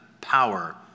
power